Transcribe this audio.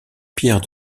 pierre